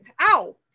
ow